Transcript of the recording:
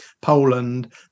poland